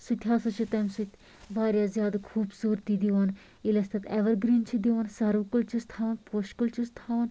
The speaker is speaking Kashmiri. سُہ تہِ ہسا چھِ تَمہِ سۭتۍ واریاہ زیادٕ خوٗبصوٗرتی دِوان ییٚلہِ أسۍ تَتھ ایٚوَرگرٛیٖن چھِ دِوان سروٕ کُلۍ چھِس تھاوان پوشہٕ کُلۍ چھِس تھاوان